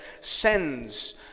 sends